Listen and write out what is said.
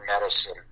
medicine